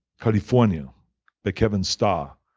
california by kevin starr.